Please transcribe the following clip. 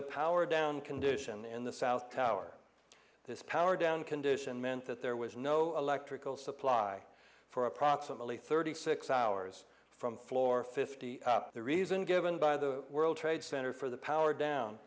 a power down condition in the south tower this power down condition meant that there was no electrical supply for approximately thirty six hours from floor fifty the reason given by the world trade center for the power down